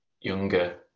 younger